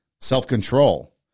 self-control